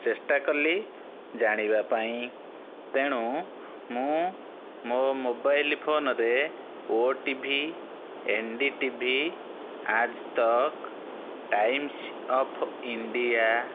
ଚେଷ୍ଟା କଲି ଜାଣିବା ପାଇଁ ତେଣୁ ମୁଁ ମୋ ମୋବାଇଲି ଫୋନରେ OTV NDTV Aaj Tak Times of India